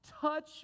Touch